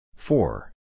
Four